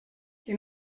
qui